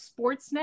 Sportsnet